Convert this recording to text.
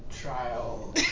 Trial